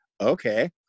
okay